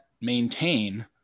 maintain